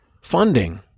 funding